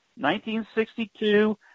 1962